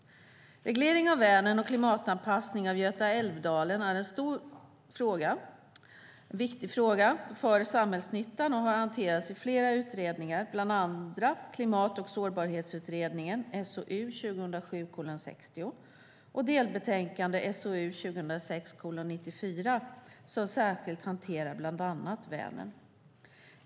Reglering av Vänern och klimatanpassning av Götaälvdalen är en stor och viktig fråga för samhällsnyttan. Den har hanterats i flera utredningar, bland annat i Klimat och sårbarhetsutredningen och i ett delbetänkande som särskilt hanterar bland annat Vänern.